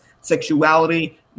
sexuality